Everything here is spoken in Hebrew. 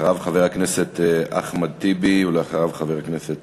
אחריו, חבר הכנסת אחמד טיבי, ואחריו, חבר הכנסת